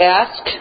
ask